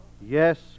Yes